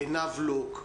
עינב לוק.